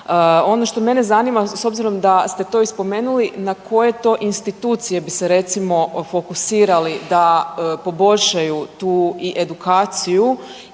Ono što mene zanima s obzirom da ste to i spomenuli, na koje to institucije bi se recimo fokusirali da poboljšaju tu i edukaciju